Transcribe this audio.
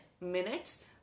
minutes